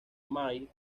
may